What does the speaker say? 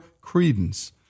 credence